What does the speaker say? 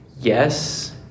yes